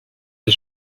des